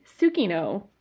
Sukino